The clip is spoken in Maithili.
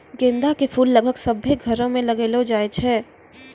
गेंदा के फूल लगभग सभ्भे घरो मे लगैलो जाय छै